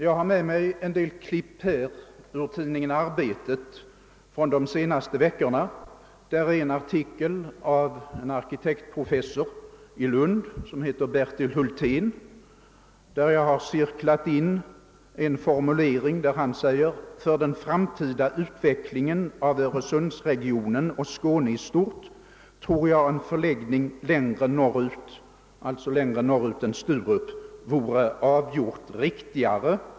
Jag har med mig en del klipp ur tid ningen Arbetet från de senaste veckorna. Där finns bl.a. en artikel av en arkitektprofessor i Lund, Bertil Hultén. Jag har cirklat in följande formulering: »För den framtida utvecklingen av Öresundsregionen och Skåne i stort tror jag en förläggning längre norrut» — alltså längre norrut än Sturup — »vore avgjort riktigare».